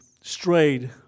strayed